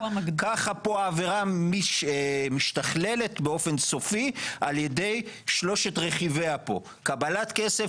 ככה פה העבירה משתכללת באופן סופי על ידי שלושת רכיביה פה: קבלת כסף,